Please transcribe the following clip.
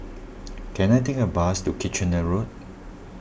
can I take a bus to Kitchener Road